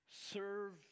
serve